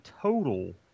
total